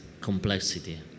complexity